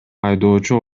айдоочу